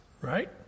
right